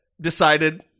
decided